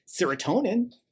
serotonin